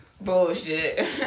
bullshit